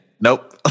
Nope